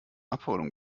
abholung